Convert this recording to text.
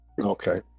Okay